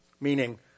meaning